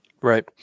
Right